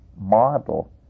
model